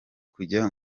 kujya